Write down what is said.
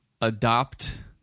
adopt